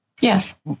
Yes